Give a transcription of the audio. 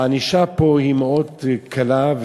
הענישה פה היא מאוד קלה,